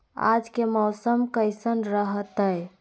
आज के मौसम कैसन रहताई?